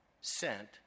sent